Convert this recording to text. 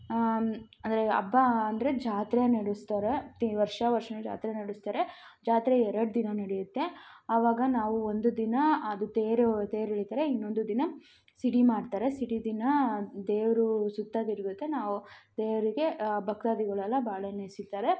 ಅಂದರೆ ಹಬ್ಬ ಅಂದರೆ ಜಾತ್ರೆ ನಡೆಸ್ತಾರೆ ಪ್ರತಿ ವರ್ಷ ವರ್ಷನೂ ಜಾತ್ರೆ ನಡೆಸ್ತಾರೆ ಜಾತ್ರೆ ಎರಡು ದಿನ ನಡೆಯುತ್ತೆ ಆವಾಗ ನಾವು ಒಂದು ದಿನ ಅದು ತೇರು ತೇರು ಎಳೀತಾರೆ ಇನ್ನೊಂದು ದಿನ ಸಿಡಿ ಮಾಡ್ತಾರೆ ಸಿಡಿ ದಿನ ದೇವರು ಸುತ್ತೋದ್ ಇರ್ಬೇಕಾರೆ ನಾವು ದೇವರಿಗೆ ಭಕ್ತಾದಿಗಳೆಲ್ಲ ಬಾಳೆಹಣ್ ಎಸೀತಾರೆ